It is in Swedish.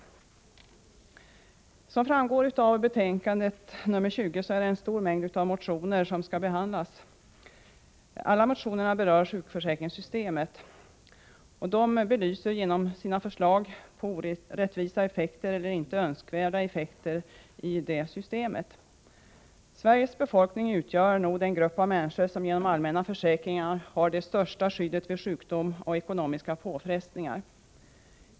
Såsom framgår av betänkande nr 20 är det en stor mängd motioner som behandlas där. Alla motioner berör sjukförsäkringssystemet. Dessa motioner belyser orättvisa effekter eller inte önskvärda effekter i det systemet. Sveriges befolkning utgör nog den grupp av människor som genom allmänna försäkringar har det största skyddet vid sjukdom och ekonomiska påfrestningar.